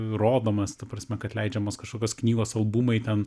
rodomas ta prasme kad leidžiamos kažkokios knygos albumai ten